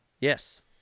Yes